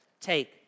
Take